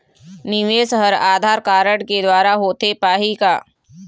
निवेश हर आधार कारड के द्वारा होथे पाही का?